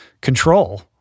control